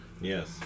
Yes